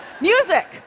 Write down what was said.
Music